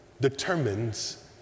determines